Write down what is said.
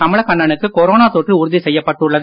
கமலகண்ணனுக்கு corona தொற்று உறுதி செய்யப்பட்டுள்ளது